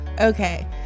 Okay